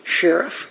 Sheriff